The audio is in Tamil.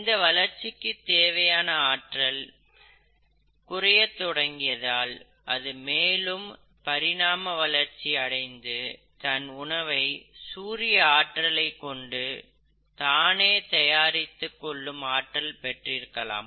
இதன் வளர்ச்சிக்கு தேவையான ஆற்றல் குறையத் தொடங்கியதால் அது மேலும் பரிணாம வளர்ச்சி அடைந்து தன் உணவை சூரிய ஆற்றலை கொண்டு தானே தயாரித்துக் கொள்ளும் ஆற்றல் பெற்றிருக்கலாம்